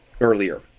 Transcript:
earlier